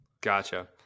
Gotcha